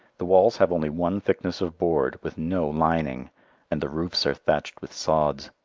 the walls have only one thickness of board with no lining and the roofs are thatched with sods.